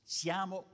siamo